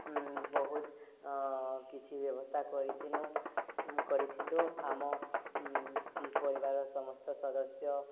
ବହୁତ କିଛି ବ୍ୟବସ୍ଥା କରିିଥିଲୁ କରିଥିଲୁ ଆମ ପରିବାରର ସମସ୍ତ ସଦସ୍ୟ